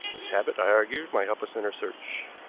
this habit, i argued, might help us in our search.